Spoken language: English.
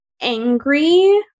angry